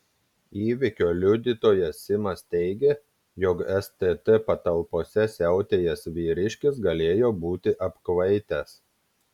įvykio liudytojas simas teigė jog stt patalpose siautėjęs vyriškis galėjo būti apkvaitęs